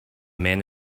man